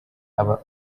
aba